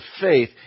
faith